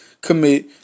commit